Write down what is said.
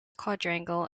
quadrangle